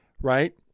right